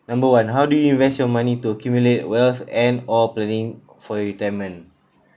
number one how do you invest your money to accumulate wealth and or planning for your retirement